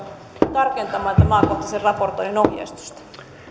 tarkentaisi tämän maakohtaisen raportoinnin ohjeistusta